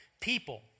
People